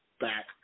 back